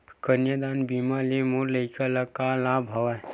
कन्यादान बीमा ले मोर लइका ल का लाभ हवय?